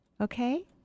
Okay